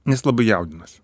nes labai jaudinosi